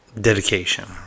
dedication